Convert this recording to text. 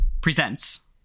presents